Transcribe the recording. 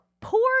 poor